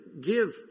give